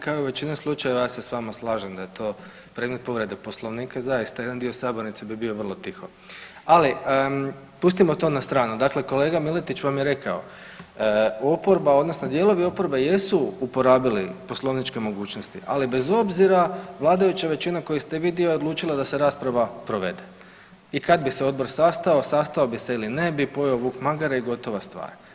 Kao i u većini slučajeva, ja se s vama slažem da je to predmet povreda Poslovnika, zaista jedan dio sabornice bi bio vrlo tiho ali pustimo to na stranu, dakle kolega Miletić vam je rekao, oporba odnosno dijelovi oporbe jesu zlouporabili poslovničke mogućnosti, ali bez obzira kojoj ste vi dio je odlučila da se rasprava provede i kad bi se odbor sastao, sastao bi se ili ne bi, pojeo vuk magare i gotova stvar.